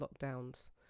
lockdowns